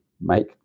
make